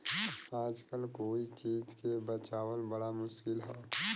आजकल कोई चीज के बचावल बड़ा मुश्किल हौ